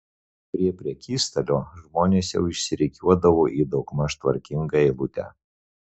prie prekystalio žmonės jau išsirikiuodavo į daugmaž tvarkingą eilutę